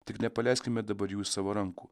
tik nepaleiskime dabar jų iš savo rankų